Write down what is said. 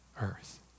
earth